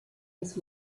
des